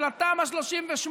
של התמ"א 38,